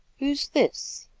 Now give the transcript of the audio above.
who's this?